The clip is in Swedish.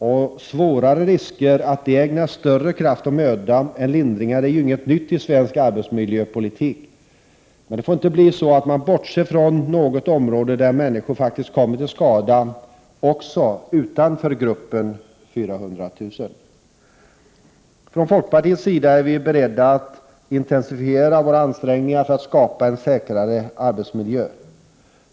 Att svårare risker ägnas större kraft och möda än lindrigare sådana är inte något nytt i svensk arbetsmiljöpolitik. Men det får inte bli så att man bortser från något område där människor faktiskt kommer till skada också utanför gruppen med de 400 000. Från folkpartiets sida är vi beredda att intensifiera våra ansträngningar för att skapa en säkrare arbetsmiljö.